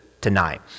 tonight